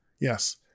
Yes